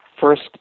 First